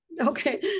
Okay